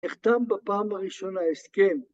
נחתם בפעם הראשונה הסכם